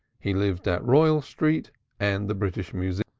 he lived at royal street and the british museum,